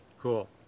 Cool